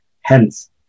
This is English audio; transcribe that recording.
Hence